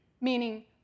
meaning